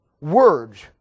Words